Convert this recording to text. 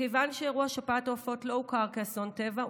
מכיוון שאירוע שפעת העופות לא הוכר כאסון טבע,